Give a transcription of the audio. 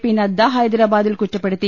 P Nadda ഹൈദ രാബാദിൽ കുറ്റപ്പെടുത്തി